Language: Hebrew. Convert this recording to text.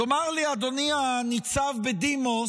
תאמר לי, אדוני הניצב בדימוס,